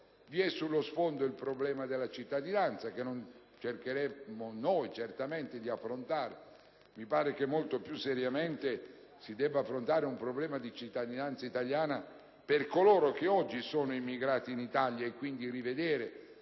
vi è sullo sfondo anche quello della cittadinanza, che cercheremo certamente di affrontare: mi pare però che molto più seriamente lo si debba affrontare dal punto di vista della cittadinanza italiana per coloro che oggi sono immigrati in Italia e quindi rivedere